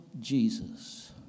Jesus